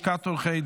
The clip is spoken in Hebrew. ישיבה 161,